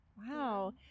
Wow